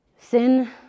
Sin